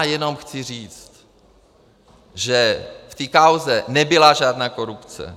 Jenom chci říct, že v této kauze nebyla žádná korupce.